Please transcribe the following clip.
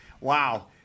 Wow